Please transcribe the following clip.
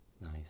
Nice